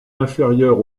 inférieur